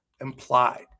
Implied